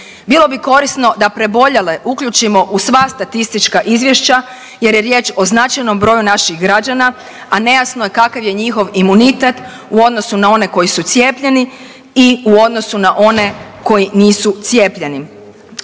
Bilo bi korisno da preboljele uključimo u sva statistička izvješća jer je riječ o značajnom broju naših građana, a nejasno je kakav je njihov imunitet u odnosu na one koji su cijepljeni i u odnosu na one koji nisu cijepljeni.